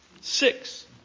Six